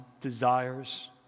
desires